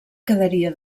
quedaria